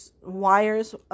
wires